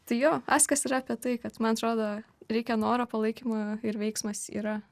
tai jo askas yra apie tai kad man atrodo reikia noro palaikymo ir veiksmas yra